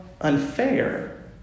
unfair